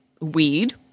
weed